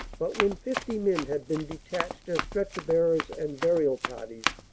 but when fifty men had been detached as stretcher bearers and burial parties,